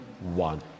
one